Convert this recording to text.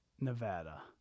Nevada